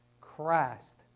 Christ